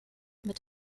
mit